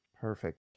Perfect